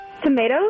tomatoes